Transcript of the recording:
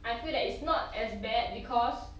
I feel that it's not as bad because